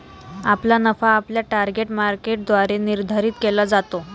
आपला नफा आपल्या टार्गेट मार्केटद्वारे निर्धारित केला जातो